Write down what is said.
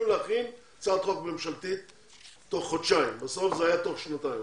להכין הצעת חוק ממשלתית תוך חודשיים ובסוף זה היה תוך שנתיים.